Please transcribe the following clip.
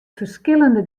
ferskillende